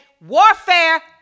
warfare